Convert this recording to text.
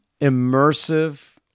immersive